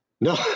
No